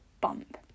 bump